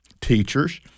teachers